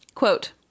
Quote